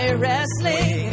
wrestling